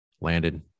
landed